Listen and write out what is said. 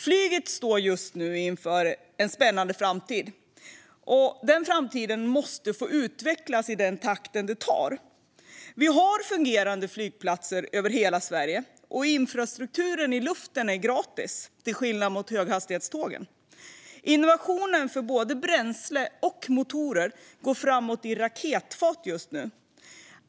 Flyget står just nu inför en spännande framtid, och den framtiden måste få utvecklas i sin takt. Vi har fungerande flygplatser över hela Sverige, och infrastrukturen i luften är till skillnad från höghastighetstågen gratis. Innovationen för både bränsle och motorer går framåt i raketfart just nu.